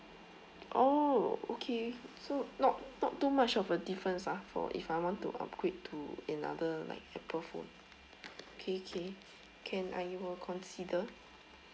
oh okay so not not too much of a difference ah for if I want to upgrade to another like apple phone okay okay can uh I will consider